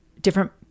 different